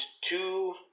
two